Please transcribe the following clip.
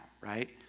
right